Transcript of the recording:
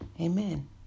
Amen